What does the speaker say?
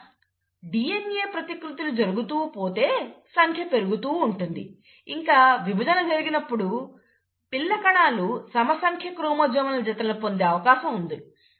ఇలా DNA ప్రతికృతులు జరుగుతూ పోతే సంఖ్య పెరుగుతూ ఉంటుంది ఇంకా విభజన జరిగినప్పుడు పిల్ల కణాలు సమ సంఖ్య క్రోమోజోముల జతలను పొందే అవకాశం ఉండదు